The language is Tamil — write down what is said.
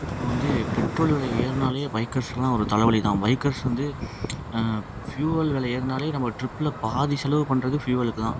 இப்போ வந்து பெட்ரோல் வெலை ஏறினாலே பைக்கர்ஸ்க்குலாம் ஒரு தலைவலி தான் பைக்கர்ஸ் வந்து இப்போ ஃப்யூவல் வெலை ஏறினாலே நம்ம ட்ரிப்பில் பாதி செலவு பண்ணுறது ஃப்யூவலுக்கு தான்